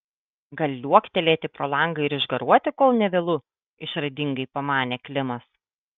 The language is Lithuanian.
gal liuoktelėti pro langą ir išgaruoti kol ne vėlu išradingai pamanė klimas